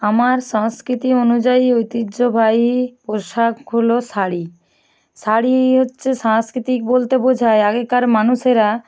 আমার সংস্কৃতি অনুযায়ী ঐতিহ্যবাহী পোশাক হল শাড়ি শাড়ি হচ্ছে সাংস্কৃতিক বলতে বোঝায় আগেকার মানুষেরা